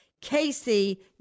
Casey